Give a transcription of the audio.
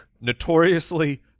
notoriously